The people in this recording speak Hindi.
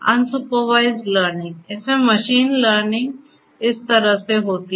अनसुपरवाइज्ड लर्निंग इसमें मशीन लर्निंग इस तरह से होती है